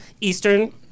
Eastern